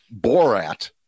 Borat